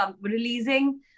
releasing